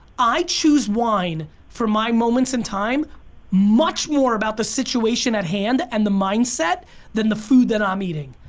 i choose wine for my moments in time much more about the situation at hand and the mindset than the food that i'm eating.